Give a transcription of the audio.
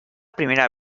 primera